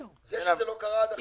זה שזה לא קרה עד עכשיו